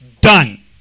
Done